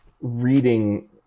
reading